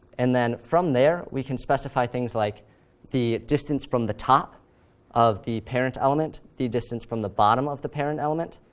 and then from there, we can specify things like the distance from the top of the parent element, the distance from the bottom of the parent element,